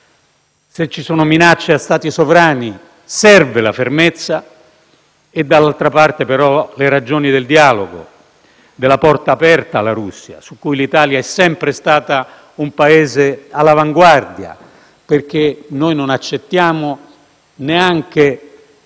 o minacce a Stati sovrani, serve la fermezza) e, dall'altra parte, le ragioni del dialogo, della porta aperta alla Russia, nei cui confronti l'Italia è sempre stata un Paese all'avanguardia. Noi non accettiamo neanche